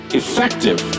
effective